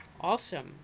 Awesome